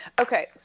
Okay